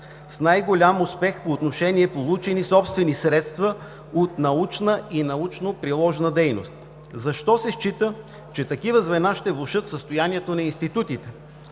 с най-голям успех по отношение получени собствени средства от научна и научно-приложна дейност. Защо се счита, че такива звена ще влошат състоянието на институтите?